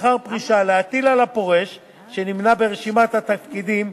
לאחר פרישה להטיל על הפורש שנמנה ברשימת התפקידים